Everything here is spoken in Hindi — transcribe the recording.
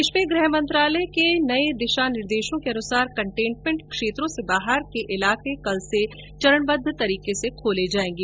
देश में गृह मंत्रालय के नए दिशा निर्देशों के अनुसार कंटेनमेंट क्षेत्रों से बाहर के इलाके कल से चरणबद्व तरीके से खोले जाएंगे